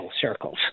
circles